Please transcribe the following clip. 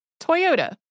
Toyota